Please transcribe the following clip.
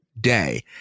day